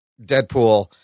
Deadpool